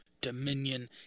Dominion